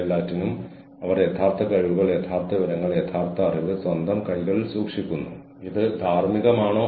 ഇടയ്ക്കിടെ ഞാൻ ഒരു തെറ്റ് ചെയ്താൽ പിന്നെ എനിക്ക് തിരിച്ചുപോകണം എന്നോട് ക്ഷമിക്കണം ഞാൻ ഇത് ചെയ്തുവെന്ന് പറയണം